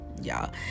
y'all